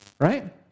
Right